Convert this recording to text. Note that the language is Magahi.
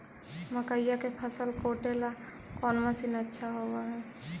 मकइया के फसल काटेला कौन मशीन अच्छा होव हई?